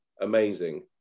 amazing